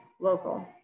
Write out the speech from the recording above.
local